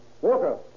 Walker